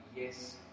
yes